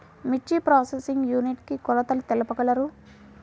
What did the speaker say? మిర్చి processing unit కి కొలతలు తెలుపగలరు?